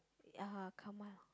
ya Kamal